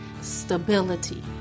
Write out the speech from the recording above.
stability